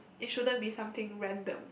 it shouldn't be something random